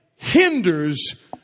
Hinders